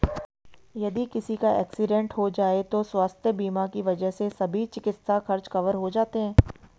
यदि किसी का एक्सीडेंट हो जाए तो स्वास्थ्य बीमा की वजह से सभी चिकित्सा खर्च कवर हो जाते हैं